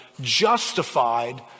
justified